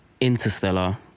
Interstellar